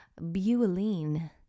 Buelline